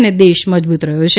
અને દેશ મજૂબૂત રહ્યો છે